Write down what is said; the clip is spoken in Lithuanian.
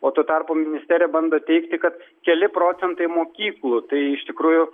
o tuo tarpu ministerija bando teigti kad keli procentai mokyklų tai iš tikrųjų